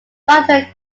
thunder